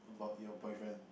your your boyfriend